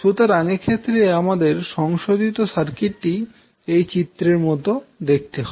সুতরাং এক্ষেত্রে আমাদের সংশোধিত সার্কিটটি এই চিত্রের মতো দেখতে হবে